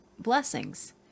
blessings